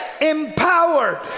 empowered